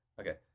Okay